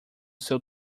seu